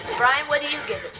bryan what do you give